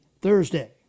thursday